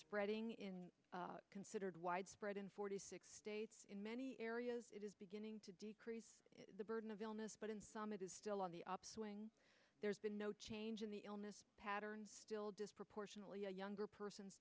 spreading in considered widespread in forty in many areas it is beginning to decrease the burden of illness but in some it is still on the upswing there's been no change in the illness pattern still disproportionately a younger person